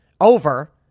over